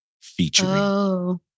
featuring